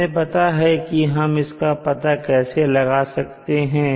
हमें पता है की हम इसका पता कैसे लगा सकते हैं